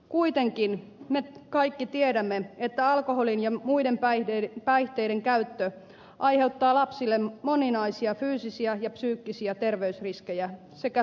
kuitenkin me kaikki tiedämme että alkoholin ja muiden päihteiden käyttö aiheuttaa lapsille moninaisia fyysisiä ja psyykkisiä terveysriskejä sekä sosiaalisia haittoja